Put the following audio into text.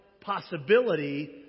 possibility